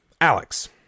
Alex